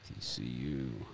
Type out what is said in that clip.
TCU